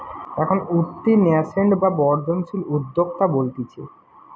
এখন উঠতি ন্যাসেন্ট বা বর্ধনশীল উদ্যোক্তা বলতিছে